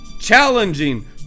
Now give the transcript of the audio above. challenging